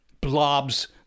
blobs